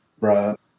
right